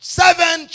seven